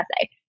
essay